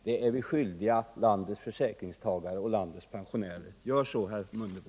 Det är vi skyldiga landets försäkringstagare och pensionärer. Gör så, herr Mundebo!